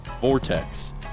Vortex